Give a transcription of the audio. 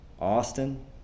Austin